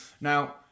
Now